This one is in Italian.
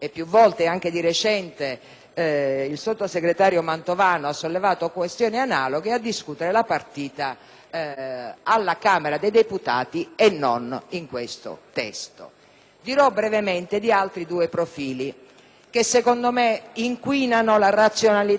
il sottosegretario Mantovano ha sollevato questioni analoghe, chiederei di discutere la partita alla Camera dei deputati e non in questo testo. Dirò brevemente di altri due profili che, secondo me, inquinano la razionalità della nostra discussione.